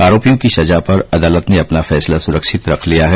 आरोपियों की संजा पर अदालत ने अपना फैसला सुरक्षित रख लिया है